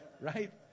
Right